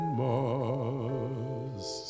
mars